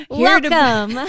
Welcome